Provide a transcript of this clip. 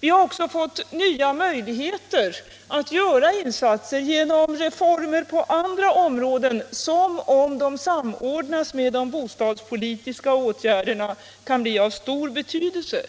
Vi har också fått nya möjligheter att göra insatser genom reformer på andra områden som, om de samordnas med de bostadspolitiska åtgärderna, kan bli av stor betydelse.